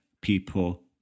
people